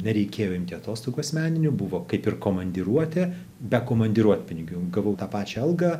nereikėjo imti atostogų asmeninių buvo kaip ir komandiruotė be komandiruotpinigių gavau tą pačią algą